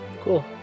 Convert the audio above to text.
Cool